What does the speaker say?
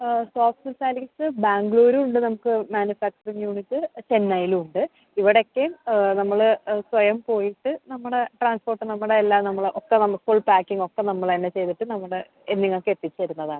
soft sarees ബാംഗ്ലൂരും ഉണ്ട് നമുക്ക് മാനുഫാക്ച്ചറിംഗ് യൂണിറ്റ് ചെന്നൈലും ഉണ്ട് ഇവിടൊക്കെ നമ്മൾ സ്വയം പോയിട്ട് നമ്മുടെ ട്രാൻസ്പോർട്ട് നമ്മുടെ എല്ലാം നമ്മൾ ഒക്കെ നമുക്ക് പാക്കിംങ്ങോക്കെ നമ്മളന്നെ ചെയ്തിട്ട് നമ്മുടെ നിങ്ങൾക്കെത്തിച്ചേരുന്നതാണ്